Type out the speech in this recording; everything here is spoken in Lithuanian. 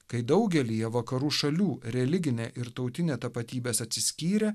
kai daugelyje vakarų šalių religinė ir tautinė tapatybės atsiskyrė